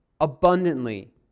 Abundantly